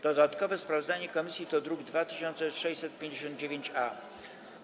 Dodatkowe sprawozdanie komisji to druk nr 2659-A.